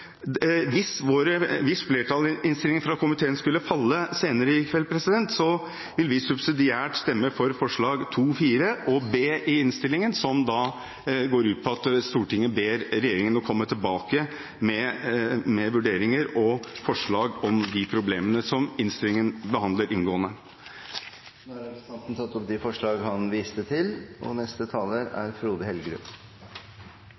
Hvis flertallsinnstillingen fra komiteen skulle falle senere i kveld, vil vi subsidiært stemme for forslagene nr. 2 og 4 og B i innstillingen, som går ut på at Stortinget ber regjeringen komme tilbake med vurderinger og forslag om de problemene som innstillingen behandler inngående. Representanten Jan Bøhler har tatt opp de forslagene han viste til. Vi lever og bor stadig tettere. En